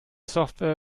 software